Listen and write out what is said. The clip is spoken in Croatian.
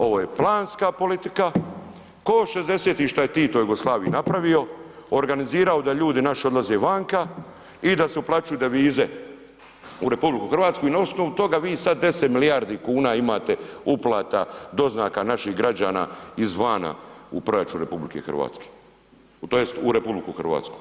Ovo je planska politika, ko '60. što je Tito Jugoslaviji napravio, organizirao da ljudi naši odlaze vanka i da se uplaćuju devize u RH i na osnovu toga vi sad 10 milijardi kuna imate uplata, doznaka naših građana iz vana u proračun RH, tj. u RH.